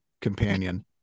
companion